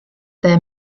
their